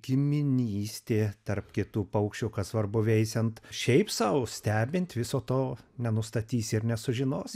giminystė tarp kitų paukščių kas svarbu veisiant šiaip sau stebint viso to nenustatysi ir nesužinosi